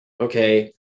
okay